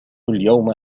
اليوم